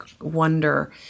wonder